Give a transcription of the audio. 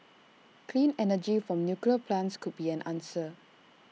clean energy from nuclear plants could be an answer